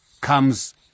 Comes